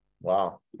Wow